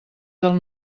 del